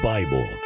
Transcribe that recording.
Bible